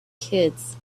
kids